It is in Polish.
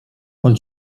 pod